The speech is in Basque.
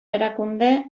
erakunde